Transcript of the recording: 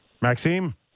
Maxime